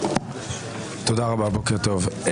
תודה רבה, בוקר טוב.